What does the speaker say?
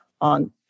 on